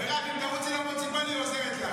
מירב, אם תרוצי למוניציפלי, היא עוזרת לך.